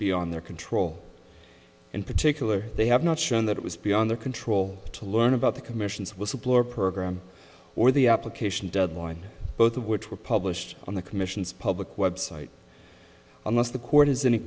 beyond their control in particular they have not shown that it was beyond their control to learn about the commission's whistleblower program or the application deadline both of which were published on the commission's public website unless the court is